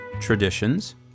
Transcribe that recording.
traditions